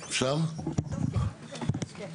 אפשר להתחיל?